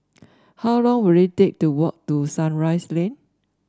how long will it take to walk to Sunrise Lane